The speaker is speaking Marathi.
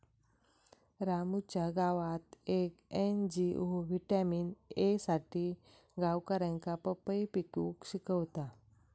रामूच्या गावात येक एन.जी.ओ व्हिटॅमिन ए साठी गावकऱ्यांका पपई पिकवूक शिकवता